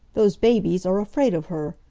those babies are afraid of her!